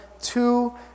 two